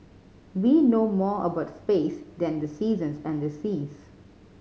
we know more about space than the seasons and the seas